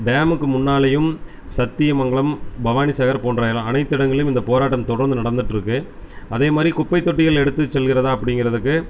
டேமுக்கு முன்னாலேயும் சத்தியமங்கலம் பவானி சாகர் போன்ற அனைத்து இடங்கள்லேயும் இந்தப் போராட்டம் தொடர்ந்து நடந்துட்டு இருக்குது அதேமாதிரி குப்பைத் தொட்டிகள் எடுத்துச் செல்கிறதா அப்படிங்குறதுக்கு